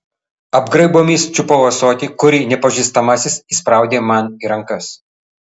apgraibomis čiupau ąsotį kurį nepažįstamasis įspraudė man į rankas